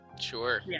Sure